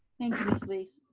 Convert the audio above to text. thank you miss leece.